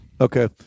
Okay